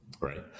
Right